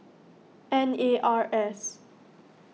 N A R S